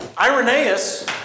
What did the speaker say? Irenaeus